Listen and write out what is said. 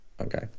Okay